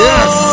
Yes